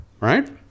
Right